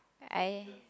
I